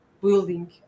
building